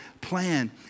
plan